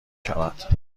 شود